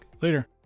later